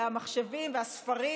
והמחשבים והספרים,